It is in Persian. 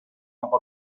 اقا